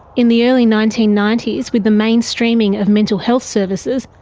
in the early nineteen ninety s with the mainstreaming of mental health services,